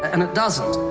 and it doesn't.